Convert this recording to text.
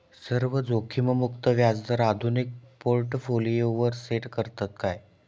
सर्व जोखीममुक्त व्याजदर आधुनिक पोर्टफोलियोवर सेट करतत काय?